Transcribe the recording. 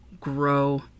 grow